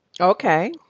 Okay